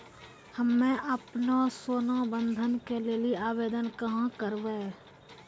हम्मे आपनौ सोना बंधन के लेली आवेदन कहाँ करवै?